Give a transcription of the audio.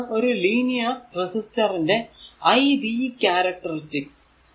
ഇതാണ് ഒരു linear resistor ന്റെ iv ക്യാരക്ടറിസ്റ്റിക്സ്